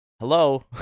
hello